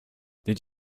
did